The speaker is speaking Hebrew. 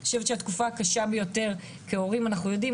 אני חושבת שהתקופה הקשה ביותר כהורים אנחנו יודעים,